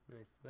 Nice